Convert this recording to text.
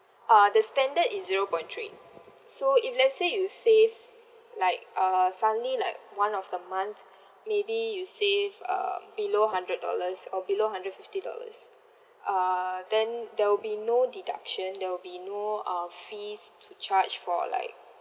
uh the standard is zero point three so if let's say you save like uh suddenly like one of the month maybe you save um below hundred dollars or below hundred fifty dollars uh then there will be no deduction there will be no uh fees charged for like